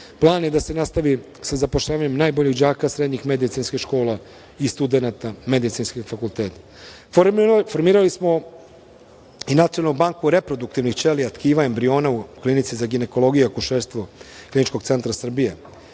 Plan je da se nastavi sa zapošljavanjem najboljih đaka srednjih medicinskih škola i studenata medicinskih fakulteta. Formirali smo i Nacionalnu banku reproduktivnih ćelija, tkiva, embriona u Klinici za ginekologiju i akušerstvo Kliničkog centra Srbije.